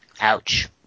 Ouch